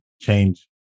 change